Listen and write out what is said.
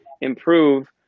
improve